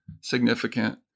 significant